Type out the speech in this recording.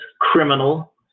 criminal